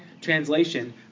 translation